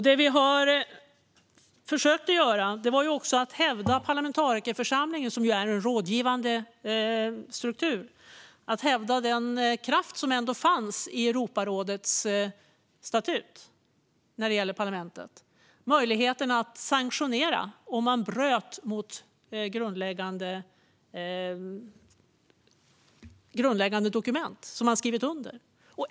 Det vi försökte göra var att hävda den kraft som finns i parlamentarikerförsamlingen, som ju är en rådgivande struktur, och i Europarådets statut när det gäller parlamentet i form av möjligheten att sanktionera om ett land bryter mot det som slås fast i grundläggande dokument som man skrivit under.